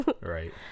right